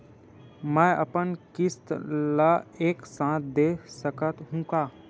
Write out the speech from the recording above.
मै अपन किस्त ल एक साथ दे सकत हु का?